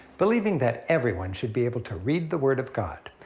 believing that everyone should be able to read the word of god,